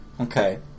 Okay